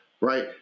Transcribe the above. right